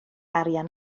arian